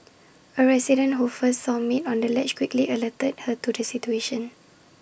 A resident who first saw maid on the ledge quickly alerted her to the situation